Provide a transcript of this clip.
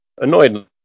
Annoyed